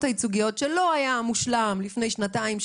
הייצוגיות שלא היה מושלם לפני שנתיים,